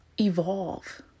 evolve